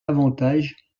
avantage